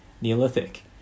Neolithic